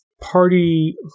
party